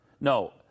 No